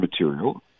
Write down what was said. material